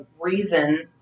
reason